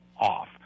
off